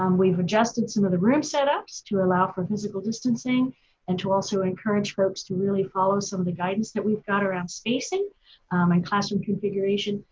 um we've adjusted some of the room setups to allow for physical distancing and to also encourage folks to really follow some of the guidance that we've got around spacing spacing and classroom configuration.